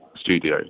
studio